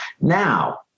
Now